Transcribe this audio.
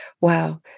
wow